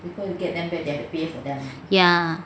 ya